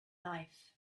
life